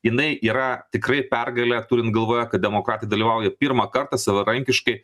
jinai yra tikrai pergalė turint galvoje kad demokratai dalyvauja pirmą kartą savarankiškai